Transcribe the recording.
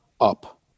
up